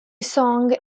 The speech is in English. song